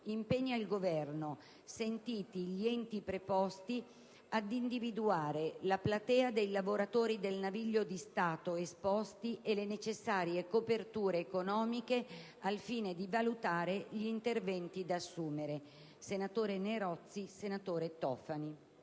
impegna il Governo, sentiti gli Enti preposti, ad individuare la platea dei lavoratori del naviglio di Stato esposti e le necessarie coperture economiche al fine di valutare gli interventi da assumere. \_\_\_\_\_\_\_\_\_\_\_\_\_\_\_\_